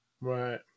Right